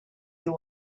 you